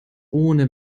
ohne